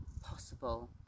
possible